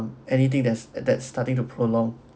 anything that's that's starting to prolong